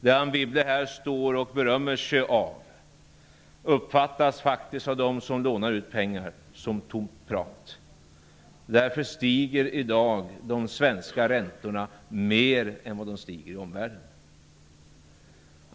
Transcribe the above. Det Anne Wibble här står och berömmer sig av, uppfattas faktiskt av dem som lånar ut pengar som tomt prat. Därför stiger räntorna i Sverige i dag mer än räntorna i omvärlden.